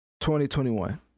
2021